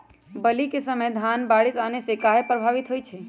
बली क समय धन बारिस आने से कहे पभवित होई छई?